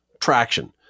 traction